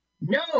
No